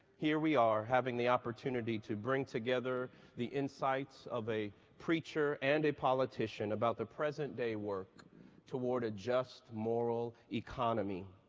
here we are having the opportunity to bring together the insights of a preacher and a politician about the presence day work together a just, moral economy.